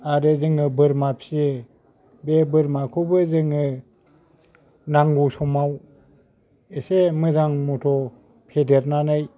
आरो जोङो बोरमा फियो बे बोरमाखौबो जोङो नांगौ समाव एसे मोजां मथ' फेदेरनानै